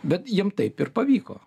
bet jiem taip ir pavyko